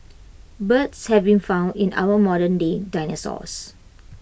birds have been found in our modernday dinosaurs